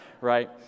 right